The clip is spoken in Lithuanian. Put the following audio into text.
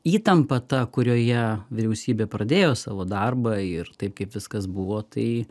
įtampa ta kurioje vyriausybė pradėjo savo darbą ir tai kaip viskas buvo tai